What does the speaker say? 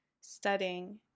studying